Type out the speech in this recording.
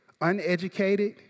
uneducated